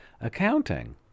accounting